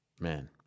man